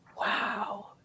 wow